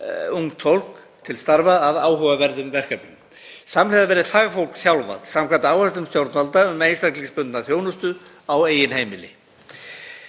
ungt fólk til starfa að áhugaverðum verkefnum. Samhliða verði fagfólk þjálfað samkvæmt áætlunum stjórnvalda um einstaklingsbundna þjónustu á eigin heimili.